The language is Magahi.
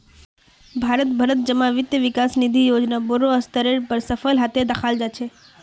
भारत भरत जमा वित्त विकास निधि योजना बोडो स्तरेर पर सफल हते दखाल जा छे